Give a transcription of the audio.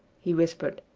he whispered.